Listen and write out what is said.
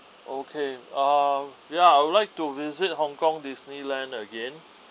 okay uh ya I would like to visit hong kong Disneyland again